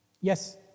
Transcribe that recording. Yes